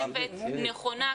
נכונה,